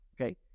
okay